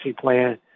plan